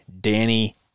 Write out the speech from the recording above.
Danny